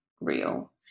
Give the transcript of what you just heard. real